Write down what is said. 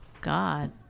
God